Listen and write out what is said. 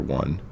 one